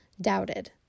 doubted